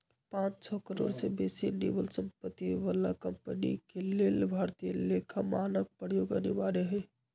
पांन सौ करोड़ से बेशी निवल सम्पत्ति बला कंपनी के लेल भारतीय लेखा मानक प्रयोग अनिवार्य हइ